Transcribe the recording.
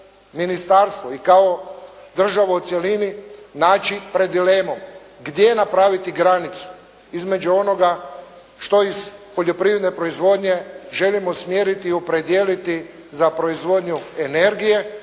ministarstvo i kao država u cjelini naći pred dilemom gdje napraviti granicu između onoga što iz poljoprivredne proizvodnje želim usmjeriti i opredijeliti za proizvodnju energije